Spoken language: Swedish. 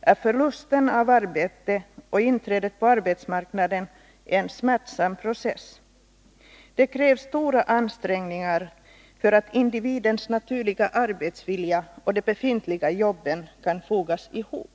är förlusten av arbete och svårigheterna att komma in på arbetsmarknaden en smärtsam process. Det krävs stora ansträngningar för att individens naturliga arbetsvilja och de befintliga jobben kan fogas ihop.